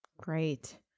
great